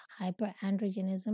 hyperandrogenism